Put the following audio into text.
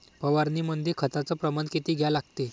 फवारनीमंदी खताचं प्रमान किती घ्या लागते?